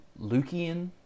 Lukean